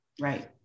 Right